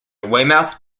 weymouth